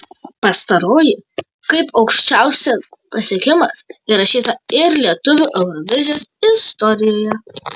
pastaroji kaip aukščiausias pasiekimas įrašyta ir lietuvių eurovizijos istorijoje